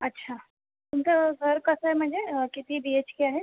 अच्छा तुमचं घर कसं आहे म्हणजे किती बी एच के आहे